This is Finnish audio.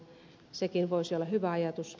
sekin voisi olla hyvä ajatus